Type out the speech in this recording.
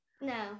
No